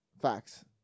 Facts